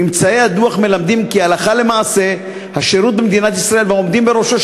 ממצאי הדוח מלמדים כי הלכה למעשה השירות במדינת ישראל והעומדים בראשו,